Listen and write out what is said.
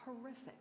horrific